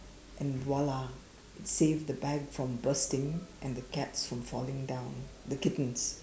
and !wah! lah it saved the bag from bursting and the cats from falling down the kittens